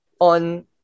on